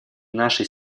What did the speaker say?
нашей